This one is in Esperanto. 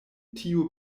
tiu